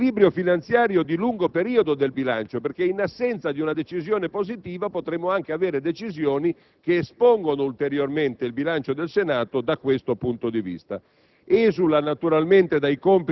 per l'alea cui espone l'equilibrio finanziario di lungo periodo del bilancio. In assenza di una decisione positiva si potrebbe giungere addirittura a decisioni che espongono ulteriormente il bilancio del Senato da questo punto di vista.